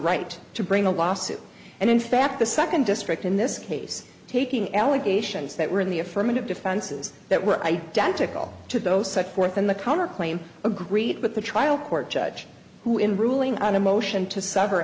right to bring a lawsuit and in fact the second district in this case taking allegations that were in the affirmative defenses that were identical to those such forth in the counterclaim agreed but the trial court judge who in ruling on a motion to s